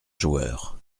joueur